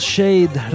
Shade